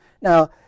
Now